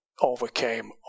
overcame